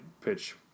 pitch